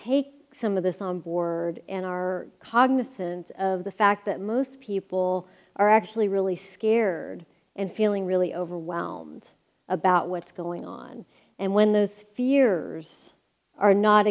take some of this on board and are cognizant of the fact that most people are actually really scared and feeling really overwhelmed about what's going on and when those few years are not